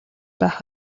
байх